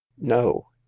no